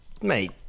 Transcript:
Mate